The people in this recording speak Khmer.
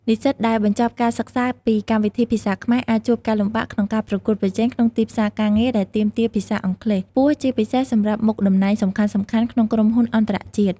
និស្សិតដែលបញ្ចប់ការសិក្សាពីកម្មវិធីភាសាខ្មែរអាចជួបការលំបាកក្នុងការប្រកួតប្រជែងក្នុងទីផ្សារការងារដែលទាមទារភាសាអង់គ្លេសខ្ពស់ ជាពិសេសសម្រាប់មុខតំណែងសំខាន់ៗក្នុងក្រុមហ៊ុនអន្តរជាតិ។